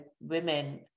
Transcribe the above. women